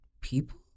people